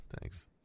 Thanks